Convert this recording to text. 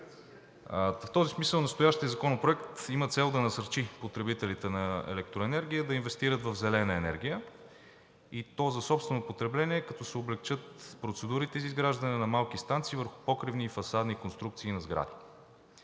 В този смисъл настоящият законопроект има за цел да насърчи потребителите на електроенергия да инвестират в зелена енергия, и то за собствено потребление, като се облекчат процедурите за изграждане на малки станции върху покривни и фасадни конструкции на сгради.